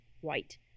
white